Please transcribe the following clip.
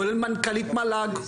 כולל מנכ"לית מל"ג,